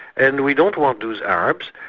and we don't want those arabs,